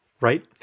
Right